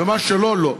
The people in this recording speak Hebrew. ומה שלא, לא.